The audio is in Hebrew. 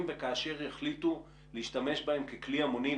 וכאשר יחליטו להשתמש בהן ככלי המוני?